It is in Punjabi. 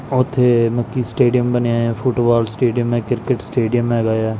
ਉੱਥੇ ਮਲ ਕਿ ਸਟੇਡੀਅਮ ਬਣਿਆ ਹੋਇਆ ਫੁਟਬਾਲ ਸਟੇਡੀਅਮ ਹੈ ਕ੍ਰਿਕਟ ਸਟੇਡੀਅਮ ਹੈਗਾ ਆ